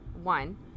one